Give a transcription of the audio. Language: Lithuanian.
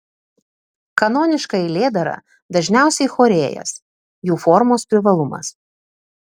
kanoniška eilėdara dažniausiai chorėjas jų formos privalumas